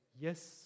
yes